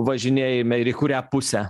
važinėjime ir į kurią pusę